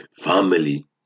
family